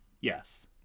Yes